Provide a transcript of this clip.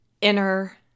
inner